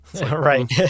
Right